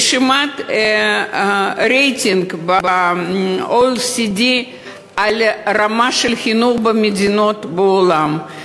רשימת הרייטינג ב-OECD על רמת החינוך במדינות בעולם.